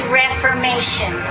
reformation